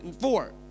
Four